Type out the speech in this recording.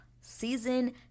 season